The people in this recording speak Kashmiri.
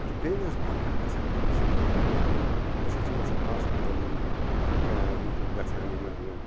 تہٕ بیٚیہِ نہٕ حظ فرکھا گَژھان تَمہِ سۭتۍ کِہیٖنۍ أسۍ حظ چھِ گَژھان ہاسپِٹَل یِم گَژھان یِمَن یہِ